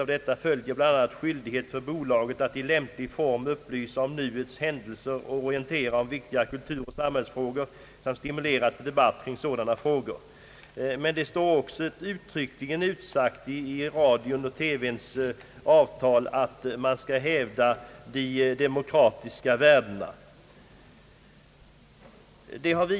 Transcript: Av detta följer bl.a. skyldighet för bolaget att i lämplig form upplysa om nuets händelser, orientera om viktiga kulturoch samhällsfrågor samt stimulera till debatt kring sådana frågor.» Men det står också uttryckligt utsagt i avtalet att Sveriges Radio och TV skall hävda de demokratiska värdena.